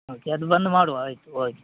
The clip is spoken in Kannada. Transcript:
ಓಕೆ ಅದು ಬಂದ್ ಮಾಡುವ ಆಯ್ತು ಓಕೆ